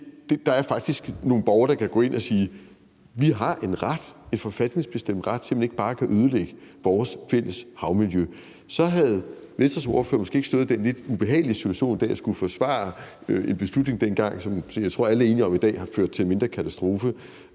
der faktisk var nogle borgere, der kunne gå ind og sige, at vi har en forfatningsbestemt ret, som gør, at man ikke bare kan ødelægge vores fælles havmiljø, så havde Venstres ordfører måske ikke stået i den lidt ubehagelige situation i dag at skulle forsvare en beslutning dengang, som jeg tror alle er enige om i dag har ført til en mindre katastrofe,